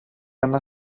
ένα